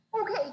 Okay